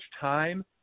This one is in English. time